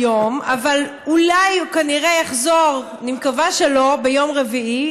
אבל אולי הוא כנראה יחזור ביום רביעי,